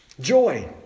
Joy